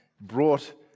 brought